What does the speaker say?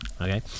Okay